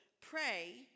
Pray